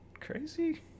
crazy